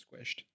squished